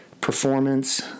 performance